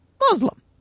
Muslim